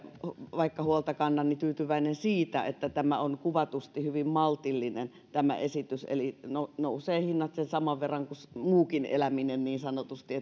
vaikka huolta kannan tyytyväinen siitä että tämä esitys on kuvatusti hyvin maltillinen eli hinnat nousevat sen saman verran kuin muukin eläminen niin sanotusti